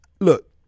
look